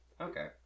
Okay